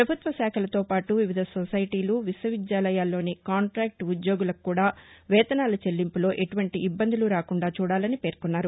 ప్రభుత్వ శాఖలతో పాటు వివిధ సొసైటీలు విశ్వవిద్యాల్లోని కాంట్రాక్ట్ ఉద్యోగులకు కూడా వేతనాల చెల్లింపులో ఎటువంటి ఇబ్బందులు రాకుండా చూడాలని పేర్కొన్నారు